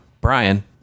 Brian